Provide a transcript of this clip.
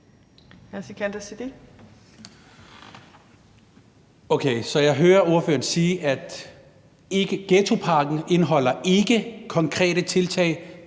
jeg hører ordføreren sige, at ghettopakken ikke indeholder en række konkrete tiltag,